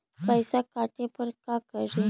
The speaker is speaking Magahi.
पैसा काटे पर का करि?